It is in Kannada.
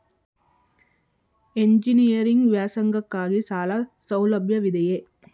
ಎಂಜಿನಿಯರಿಂಗ್ ವ್ಯಾಸಂಗಕ್ಕಾಗಿ ಸಾಲ ಸೌಲಭ್ಯವಿದೆಯೇ?